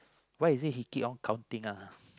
why is it he keep on counting ah